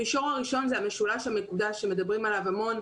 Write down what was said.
המישור הראשון זה המשולש המקודש שמדברים עליו המון,